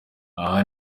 aba